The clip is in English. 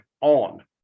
on